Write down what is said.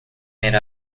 made